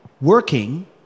working